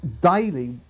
daily